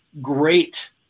great